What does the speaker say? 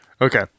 Okay